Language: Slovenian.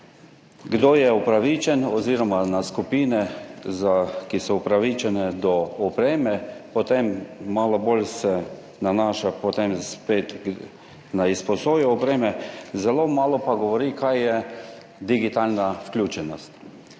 kdo je upravičen oziroma na skupine, ki so upravičene do opreme, potem pa se malo bolj nanaša spet na izposojo opreme, zelo malo pa govori, kaj je digitalna vključenost,